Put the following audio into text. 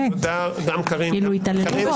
התעללו בו?